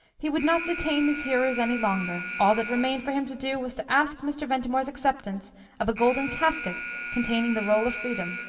he would not detain his hearers any longer all that remained for him to do was to ask mr. ventimore's acceptance of a golden casket containing the roll of freedom,